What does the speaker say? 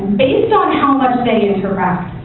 based on how much they interact,